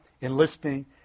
enlisting